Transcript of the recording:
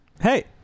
Hey